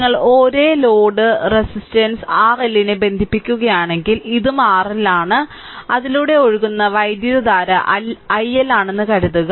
ഞങ്ങൾ ഒരേ load resistance RLനെ ബന്ധിപ്പിക്കുകയാണെങ്കിൽ ഇതും RL ആണ് ഇതിലൂടെ ഒഴുകുന്ന വൈദ്യുതധാര iL ആണെന്ന് കരുതുക